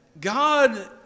God